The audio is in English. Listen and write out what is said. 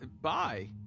bye